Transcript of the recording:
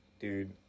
Dude